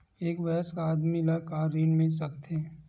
एक वयस्क आदमी ल का ऋण मिल सकथे?